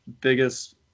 biggest